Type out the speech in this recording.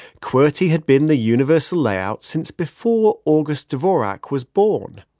qwerty had been the universal layout since before august dvorak was born.